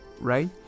right